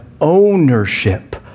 ownership